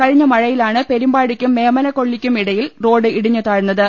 കഴിഞ്ഞ മഴയിലാണ് പെരുമ്പാടിക്കും മേമനക്കൊല്ലിക്കും ഇടയിൽ റോഡ് ഇടിഞ്ഞുതാഴ്ന്നത്